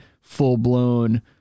full-blown